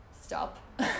stop